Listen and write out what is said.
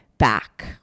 back